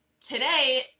today